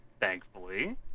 thankfully